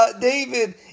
David